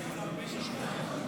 בדבר הפחתת תקציב לא נתקבלו.